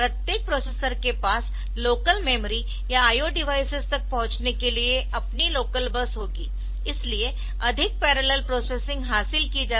प्रत्येक प्रोसेसर के पास लोकल मेमोरी या IO डिवाइसेस तक पहुंचने के लिए अपनी लोकल बस होगी इसलिए अधिक पैरेलल प्रोसेसिंग हासिल की जा सकती है